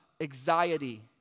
anxiety